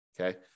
Okay